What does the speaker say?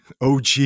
OG